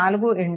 4 ix